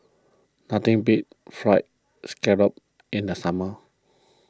nothing beats Fried Scallop in the summer